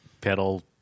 pedal